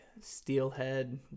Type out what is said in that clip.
steelhead